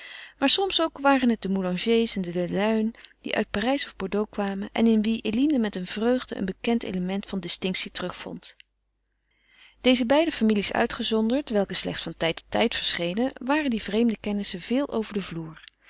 maar soms ook waren het de moulangers en de des luynes die uit parijs of bordeaux kwamen en in wie eline met vreugde een bekend element van distinctie terug vond deze beide families uitgezonderd welke slechts van tijd tot tijd verschenen waren die vreemde kennissen veel over den vloer